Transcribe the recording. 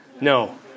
No